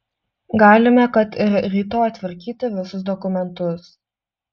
galime kad ir rytoj tvarkyti visus dokumentus